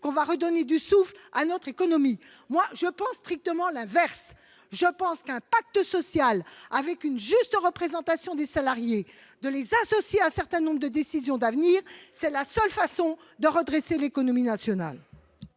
ainsi, redonner du souffle à notre économie ! Je pense strictement l'inverse ! Je pense qu'un pacte social, avec une juste représentation des salariés et leur association à un certain nombre de décisions d'avenir, est la seule façon de redresser l'économie nationale.